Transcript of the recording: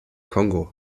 kongo